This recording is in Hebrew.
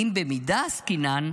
"אם במידה עסקינן,